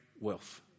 wealth